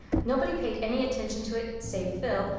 nobody paid any attention to it save phil,